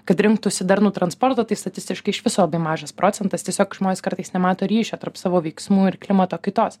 kad rinktųsi darnų transportą tai statistiškai iš viso labai mažas procentas tiesiog žmonės kartais nemato ryšio tarp savo veiksmų ir klimato kaitos